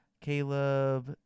caleb